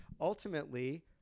Ultimately